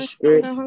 Spirit